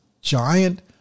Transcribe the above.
giant